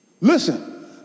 Listen